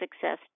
success